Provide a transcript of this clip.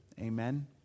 Amen